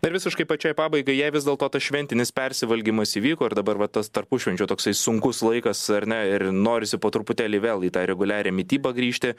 ir visiškai pačiai pabaigai jei vis dėlto tas šventinis persivalgymas įvyko ir dabar vat tas tarpušvenčio toksai sunkus laikas ar ne ir norisi po truputėlį vėl į tą reguliarią mitybą grįžti